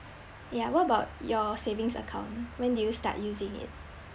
ya what about your savings account when did you start using it